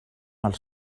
els